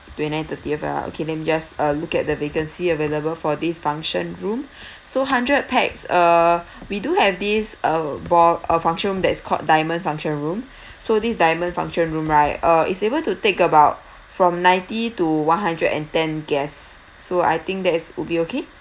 twenty-nine thirtieth ah okay let me just uh look at the vacancy available for this function room so hundred pax uh we do have this uh ball a function that is called diamond function room so this diamond function room right uh it's able to take about from ninety to one hundred and ten guests so I think that is would be okay